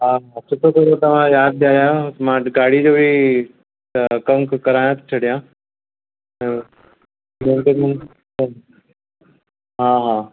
हा हा सुठो सुठो तव्हां यादि ॾियारियो मां अॼु गाॾी जो बि कमु कराइ थो छॾियां हा हा